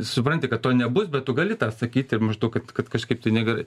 supranti kad to nebus bet tu gali tą sakyti ir maždaug kad kad kažkaip tai negerai